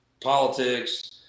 politics